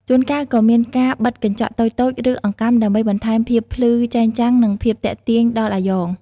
ជួនកាលក៏មានការបិទកញ្ចក់តូចៗឬអង្កាំដើម្បីបន្ថែមភាពភ្លឺចែងចាំងនិងភាពទាក់ទាញដល់អាយ៉ង។